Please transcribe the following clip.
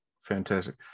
Fantastic